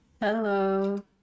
Hello